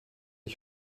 ich